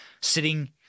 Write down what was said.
sitting